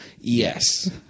Yes